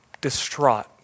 distraught